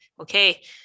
okay